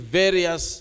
various